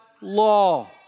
law